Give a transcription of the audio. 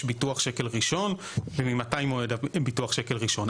ביטוח שקל ראשון וממתי מועד ביטוח שקל ראשון.